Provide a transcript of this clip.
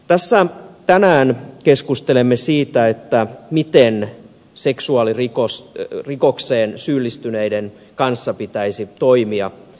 tässä tänään keskustelemme siitä miten seksuaalirikokseen syyllistyneiden kanssa pitäisi toimia